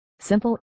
simple